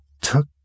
took